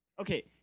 Okay